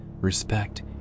respect